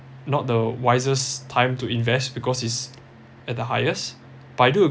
not the wisest time to invest because it's at the highest but I do